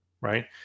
right